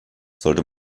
sollte